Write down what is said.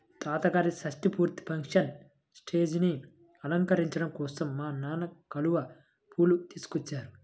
తాతగారి షష్టి పూర్తి ఫంక్షన్ స్టేజీని అలంకరించడం కోసం మా నాన్న కలువ పూలు తీసుకొచ్చారు